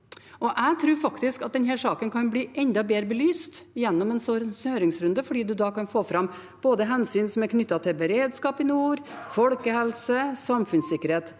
Jeg tror faktisk at denne saken kan bli enda bedre belyst gjennom en slik høringsrunde, fordi man da kan få fram hensyn som er knyttet til både beredskap i nord, folkehelse og samfunnssikkerhet.